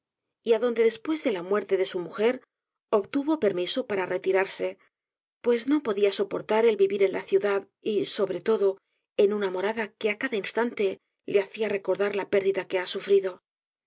y adonde después d é l a muerte de su mujer obtuvo permiso para retirarse pues no podía soportar el vivir en la ciudad y sobre todo en una morada que á cada instante le hacia recordar la pérdida que ha sufrido